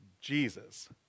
Jesus